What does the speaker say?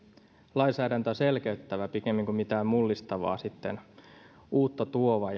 lainsäädäntöä selkeyttävä esitys pikemmin kuin mitään mullistavaa uutta tuova